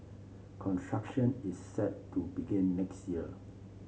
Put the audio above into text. construction is set to begin next year